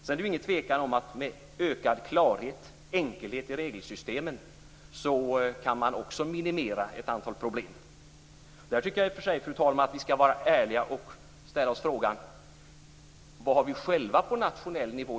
Det råder inget tvivel om att man med ökad klarhet och enkelhet i regelsystemet också kan minimera ett antal problem. Där tycker jag i och för sig, fru talman, att vi skall vara ärliga och ställa oss frågan vad vi själva gjort på nationell nivå.